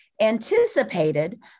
anticipated